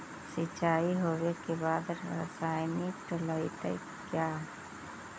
सीचाई हो बे के बाद रसायनिक डालयत किया?